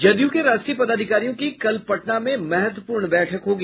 जदयू के राष्ट्रीय पदाधिकारियों की कल पटना में महत्वपूर्ण बैठक होगी